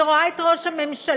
אני רואה את ראש הממשלה,